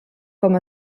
com